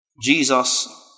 Jesus